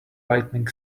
lightening